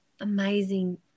amazing